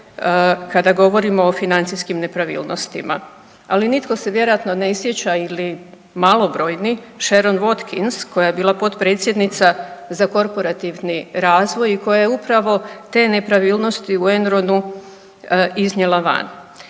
kada govorimo o financijskim nepravilnostima, ali nitko se vjerojatno ne sjeća ili malobrojni Sherron Watkins koja je bila potpredsjednica za korporativni razvoj i koja je upravo te nepravilnosti u Enronu iznijela van.